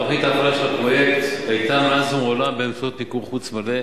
תוכנית ההפעלה של הפרויקט היתה מאז ומעולם במסגרת מיקור-חוץ מלא,